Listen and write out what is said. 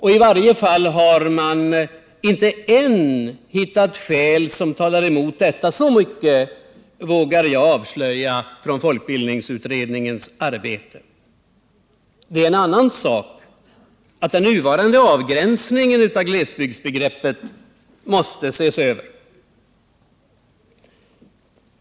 I varje fall har man inte än hittat skäl som talar mot detta; så mycket vågar jag avslöja från folkbildningsutredningens arbete. En annan sak är att den nuvarande avgränsningen av glesbygdsbegreppet måste ses över.